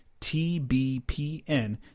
TBPN